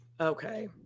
Okay